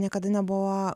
niekada nebuvo